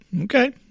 Okay